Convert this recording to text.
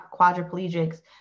quadriplegics